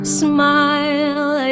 smile